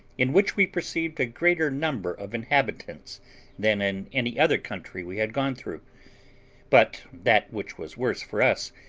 in which we perceived a greater number of inhabitants than in any other country we had gone through but that which was worse for us,